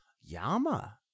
Yama